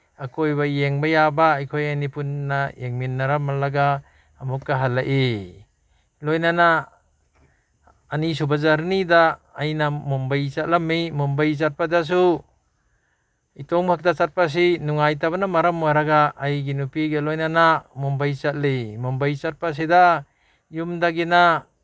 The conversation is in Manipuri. ꯑꯀꯣꯏꯕ ꯌꯦꯡꯕ ꯌꯥꯕ ꯑꯩꯈꯣꯏ ꯑꯅꯤ ꯄꯨꯟꯅ ꯌꯦꯡꯃꯤꯟꯅꯔꯝꯂꯒ ꯑꯃꯨꯛꯀ ꯍꯜꯂꯛꯏ ꯂꯣꯏꯅꯅ ꯑꯅꯤꯁꯨꯕ ꯖꯔꯅꯤꯗ ꯑꯩꯅ ꯃꯨꯝꯕꯩ ꯆꯠꯂꯝꯃꯤ ꯃꯨꯝꯕꯩ ꯆꯠꯄꯗꯁꯨ ꯏꯇꯣꯝꯈꯛꯇ ꯆꯠꯄꯁꯤ ꯅꯨꯡꯉꯥꯏꯇꯕꯅ ꯃꯔꯝ ꯑꯣꯏꯔꯒ ꯑꯩꯒꯤ ꯅꯨꯄꯤꯒ ꯂꯣꯏꯅꯅ ꯃꯨꯝꯕꯩ ꯆꯠꯂꯤ ꯃꯨꯝꯕꯩ ꯆꯠꯄꯁꯤꯗ ꯌꯨꯝꯗꯒꯤꯅ